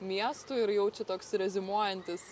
miestų ir jau čia toks reziumuojantis